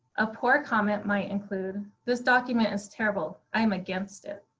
a poor comment might include, this document is terrible. i am against it.